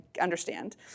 understand